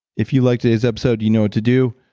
if you liked today's episode, you know what to do,